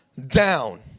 down